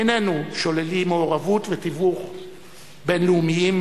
איננו שוללים מעורבות ותיווך בין-לאומיים,